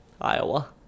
Iowa